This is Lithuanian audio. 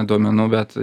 duomenų bet